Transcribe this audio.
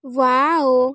wow